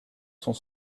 sont